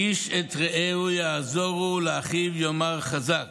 "איש את רעהו יעזֹרו, ולאחיו יאמר חזק".